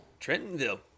Trentonville